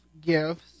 gifts